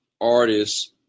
artists